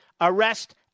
arrest